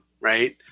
right